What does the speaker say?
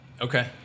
Okay